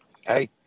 hey